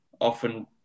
often